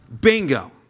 Bingo